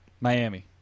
Miami